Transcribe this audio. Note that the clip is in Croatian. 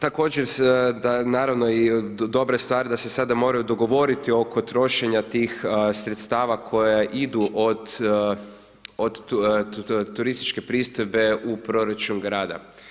Također, naravno, i dobra je stvar da se sada moraju dogovoriti oko trošenja tih sredstava koja idu od turističke pristojbe u proračun grada.